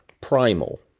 primal